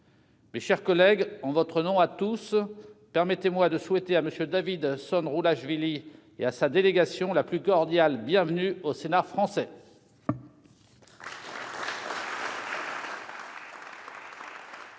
Mes chers collègues, en votre nom à tous, permettez-moi de souhaiter à M. David Songhulashvili et à sa délégation la plus cordiale bienvenue au Sénat français. Nous reprenons